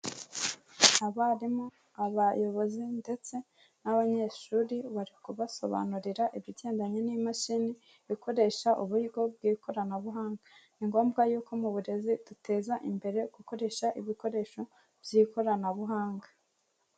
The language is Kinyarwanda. Abarimu, abayobozi, ndetse n'abanyeshuri, bari kubasobanurira ibigendanye n'imashini ikoresha uburyo bw'ikoranabuhanga, ni ngombwa yuko mu burezi duteza imbere gukoresha ibikoresho by'ikoranabuhanga.